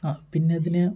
പിന്നെ ഇതിന്